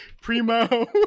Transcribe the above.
primo